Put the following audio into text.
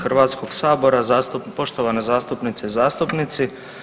HS, poštovane zastupnice i zastupnici.